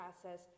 process